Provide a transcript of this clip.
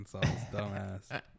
dumbass